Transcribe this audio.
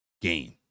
game